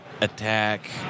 attack